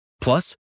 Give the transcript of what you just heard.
Plus